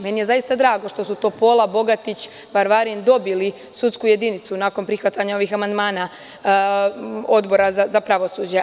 Meni je zaista drago što su Topola, Bogatić, Varavrin dobili sudsku jedinicu nakon prihvatanja ovih amandmana, Odbora za pravosuđe.